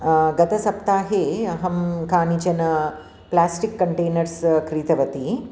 गत सप्ताहे अहं कानिचन प्लास्टिक् कण्टेनर्स् क्रीतवती